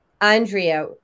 Andrea